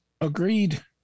Agreed